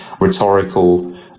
rhetorical